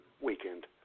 Weekend